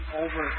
over